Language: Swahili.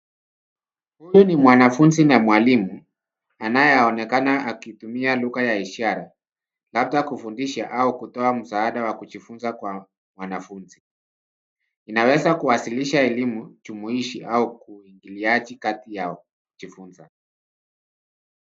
Huyu ni mwanafunzi na mwalimu, anayeonekana akitumia lugha ya ishara, labda kufundisha au kutoa msaada wa kujifunza kwa wanafunzi. Inaweza kuwasilisha elimu jumuishi au uingiliaji kati yao kujifunza.